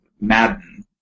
Madden